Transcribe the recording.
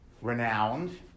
renowned